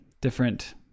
different